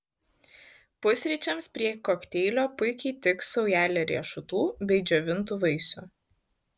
pusryčiams prie kokteilio puikiai tiks saujelė riešutų bei džiovintų vaisių